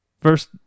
First